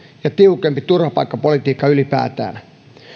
ja tiukempi turvapaikkapolitiikka ylipäätään